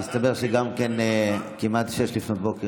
מסתבר שכמעט 06:00,